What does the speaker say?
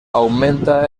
augmenta